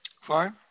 Fine